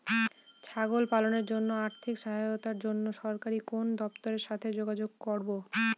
ছাগল পালনের জন্য আর্থিক সাহায্যের জন্য সরকারি কোন দপ্তরের সাথে যোগাযোগ করব?